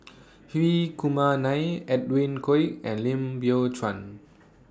Hri Kumar Nair Edwin Koek and Lim Biow Chuan